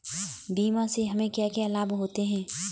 बीमा से हमे क्या क्या लाभ होते हैं?